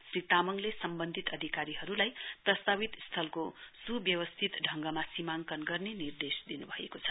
श्री तामाङले सम्बन्धि अधिकारीहरुलाई प्रस्तावित स्थलको सुब्यवस्थित ढगमा सीमाङ्कन गर्ने निर्देश दिनुभएको छ